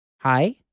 Hi